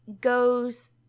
goes